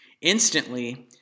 Instantly